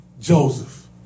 Joseph